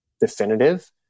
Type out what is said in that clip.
definitive